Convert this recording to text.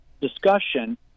discussion